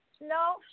No